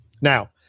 Now